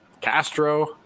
Castro